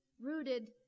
rooted